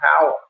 power